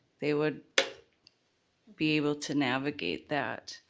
they would be able to navigate that.